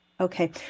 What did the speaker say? Okay